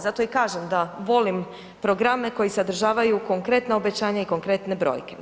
Zato i kažem da volim programe koji sadržavaju konkretna obećanja i konkretne brojke.